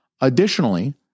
Additionally